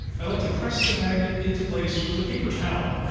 i like to press the magnet into place with a paper towel.